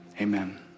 Amen